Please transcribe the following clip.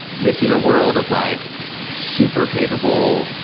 this is a world of like super capable,